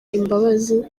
imbabazi